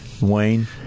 Wayne